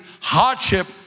hardship